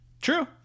True